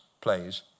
plays